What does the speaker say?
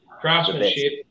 craftsmanship